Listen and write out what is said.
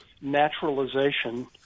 naturalization